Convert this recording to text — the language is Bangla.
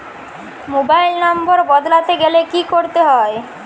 মোবাইল নম্বর বদলাতে গেলে কি করতে হবে?